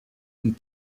und